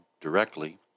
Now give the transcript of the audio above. directly